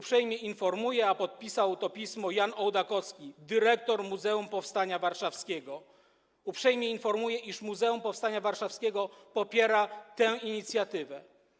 Podpisał to pismo Jan Ołdakowski, dyrektor Muzeum Powstania Warszawskiego: Uprzejmie informuję, iż Muzeum Powstania Warszawskiego popiera tę inicjatywę.